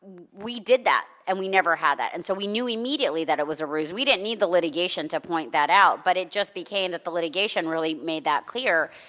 we did that and we never had that. and so, we knew immediately that it was a ruse. we didn't need the litigation to point that out. but it just became that the litigation really made that clear.